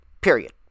period